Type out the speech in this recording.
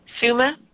Suma